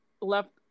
left